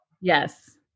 Yes